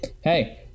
hey